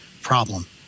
problem